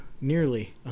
nearly